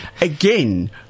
Again